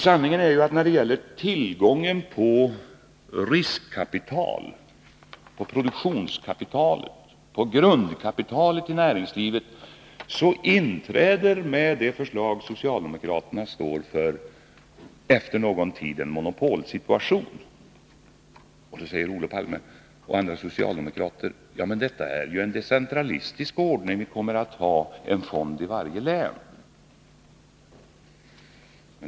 Sanningen är ju att när det gäller tillgången på riskkapital, produktionskapital, grundkapital i näringslivet så inträder med det förslag som socialdemokraterna står för efter någon tid en monopolsituation. Då säger Olof Palme och andra socialdemokrater: Ja, men detta är ju en decentralistisk ordning. Vi kommer att ha en fond i varje län.